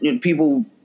people